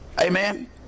Amen